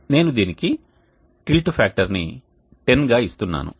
నేను దీనికి టిల్ట్ ఫ్యాక్టర్ని 10గా ఇస్తున్నాను